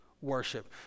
worship